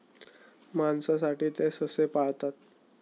मांसासाठी ते ससे पाळतात